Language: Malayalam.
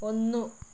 ഒന്ന്